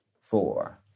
four